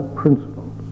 principles